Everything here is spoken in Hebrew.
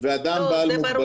גם היום הם קיימים,